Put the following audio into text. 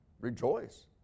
rejoice